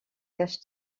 cache